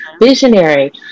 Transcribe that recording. visionary